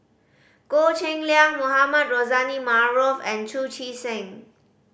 Goh Cheng Liang Mohamed Rozani Maarof and Chu Chee Seng